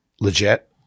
Legit